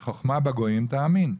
"חוכמה בגויים תאמין".